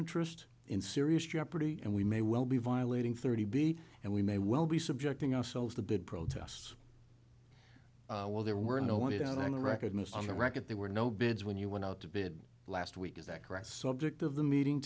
interest in serious jeopardy and we may well be violating thirty b and we may well be subjecting ourselves to bid protests while there were no wanted on the record most on the record there were no bids when you went out to bid last week is that correct subject of the meeting